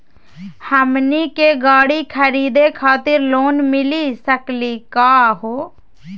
हमनी के गाड़ी खरीदै खातिर लोन मिली सकली का हो?